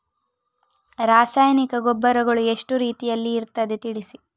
ರಾಸಾಯನಿಕ ಗೊಬ್ಬರಗಳು ಎಷ್ಟು ರೀತಿಯಲ್ಲಿ ಇರ್ತದೆ ತಿಳಿಸಿ?